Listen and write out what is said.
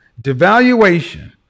devaluation